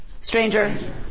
Stranger